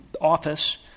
office